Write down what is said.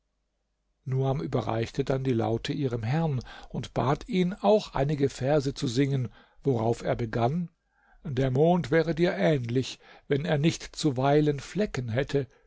nuam überreichte dann die laute ihrem herrn und bat ihn auch einige verse zu singen worauf er begann der mond wäre dir ähnlich wenn er nicht zuweilen flecken hätte